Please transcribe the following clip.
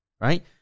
right